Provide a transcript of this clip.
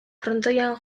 frontoian